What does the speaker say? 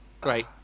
Great